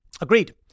Agreed